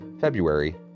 February